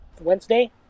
wednesday